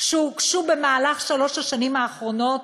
שהוגשו במהלך שלוש השנים האחרונות